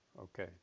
Okay